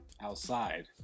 outside